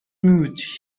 mood